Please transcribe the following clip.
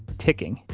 ticking,